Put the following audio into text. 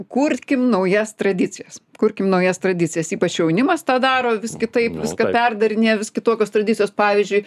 kurkim naujas tradicijas kurkim naujas tradicijas ypač jaunimas tą daro vis kitaip viską perdarinėja vis kitokios tradicijos pavyzdžiui